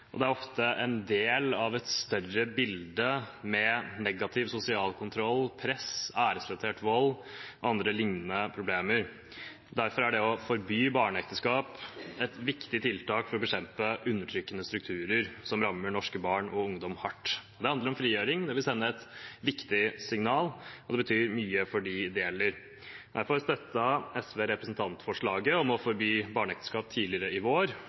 og det er ofte en del av et større bilde med negativ sosial kontroll, press, æresrelatert vold og andre lignende problemer. Derfor er det å forby barneekteskap et viktig tiltak for å bekjempe undertrykkende strukturer som rammer norske barn og ungdommer hardt. Det handler om frigjøring, det vil sende et viktig signal, og det betyr mye for dem det gjelder. Derfor støttet SV tidligere i vår representantforslaget om å